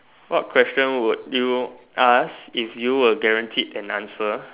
what question would you ask if you were guaranteed an answer